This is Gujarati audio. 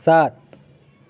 સાત